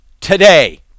Today